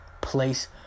place